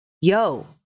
Yo